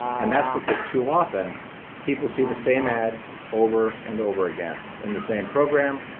and that's because too often people see the same ad over and over again in the same program,